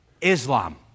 Islam